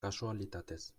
kasualitatez